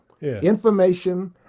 information